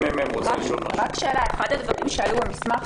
רק שאלה: אחד הדברים שעלו במסמך,